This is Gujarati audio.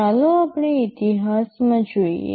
ચાલો આપણે ઇતિહાસમાં જોઈએ